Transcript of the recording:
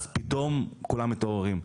אז פתאום כולם מתעוררים.